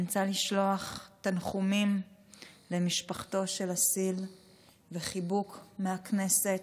אני רוצה לשלוח תנחומים למשפחתו של אסיל וחיבוק מהכנסת.